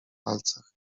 palcach